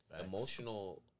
Emotional